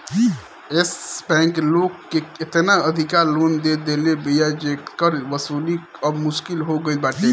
एश bank लोग के एतना अधिका लोन दे देले बिया जेकर वसूली अब मुश्किल हो गईल बाटे